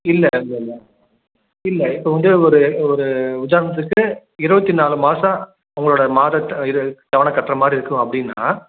இல்லை இல்லை இல்லை இல்லை இப்போ வந்து ஒரு ஒரு உதாரணத்துக்கு இருபத்தி நாலு மாதம் உங்களோட மாதத் இது தவணை கட்டுற மாதிரி இருக்கும் அப்படின்னா